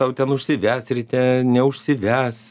tau ten užsives ryte neužsives